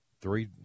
three